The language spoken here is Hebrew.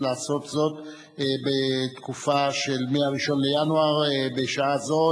לעשות זאת בתקופה שמ-1 בינואר בשנה זו,